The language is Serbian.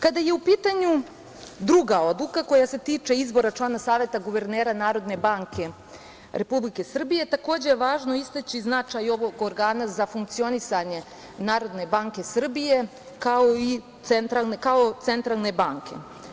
Kada je u pitanju druga odluka koja se tiče izbora člana Saveta guvernera Narodne banke Republike Srbije, takođe je važno istaći značaj ovog organa za funkcionisanje Narodne banke Srbije, kao Centralne banke.